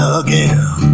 again